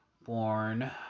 born